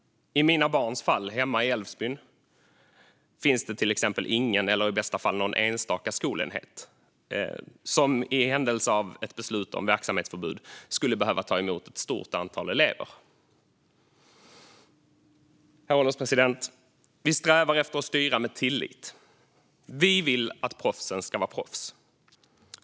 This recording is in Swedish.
I mina barns fall, hemma i Älvsbyn, finns det till exempel ingen eller i bästa fall någon enstaka skolenhet som i händelse av ett beslut om verksamhetsförbud skulle behöva ta emot ett stort antal elever. Herr ålderspresident! Vi strävar efter att styra med tillit. Vi vill att proffsen ska vara proffs.